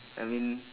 I mean